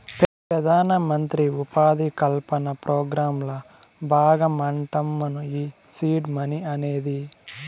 పెదానమంత్రి ఉపాధి కల్పన పోగ్రాంల బాగమంటమ్మను ఈ సీడ్ మనీ అనేది